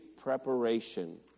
preparation